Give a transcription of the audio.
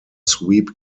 sweep